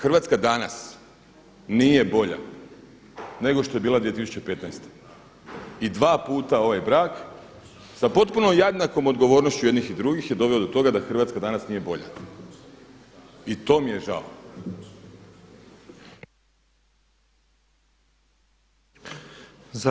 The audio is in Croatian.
Hrvatska danas nije bolja nego što je bila 2015. i dva puta ovaj brak sa potpunom jednakom odgovornošću jednih i drugih je doveo do toga da Hrvatska danas nije bolja i to mi je žao.